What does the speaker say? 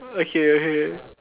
okay okay